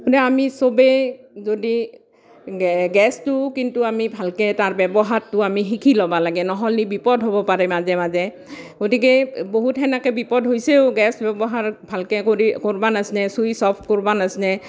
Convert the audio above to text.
এতিয়া আমি সবেই যদি গেছটো কিন্তু আমি ভালকৈ তাৰ ব্যৱহাৰটো ভালকৈ শিকি ল'ব লাগে নহ'লে বিপদ হ'ব পাৰে মাজে মাজে গতিকে বহুত সেনেকৈ বিপদ হৈছেও গেছ ব্যৱহাৰ ভালকৈ কৰি কৰিব নাজানে চুইছ অফ কৰিব নাজানে